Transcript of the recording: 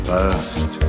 First